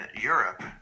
europe